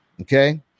Okay